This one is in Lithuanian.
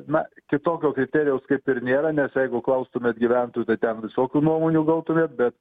na kitokio kriterijaus kaip ir nėra nes jeigu klaustumėt gyventojų tai ten visokių nuomonių gautumėm bet